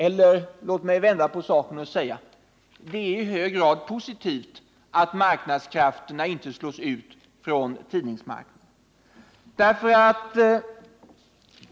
Eller låt mig vända på saken och säga: Det är i hög grad positivt att marknadskrafterna inte försvinner från tidningsmarknaden.